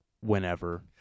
whenever